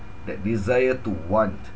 that desire to want